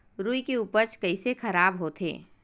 रुई के उपज कइसे खराब होथे?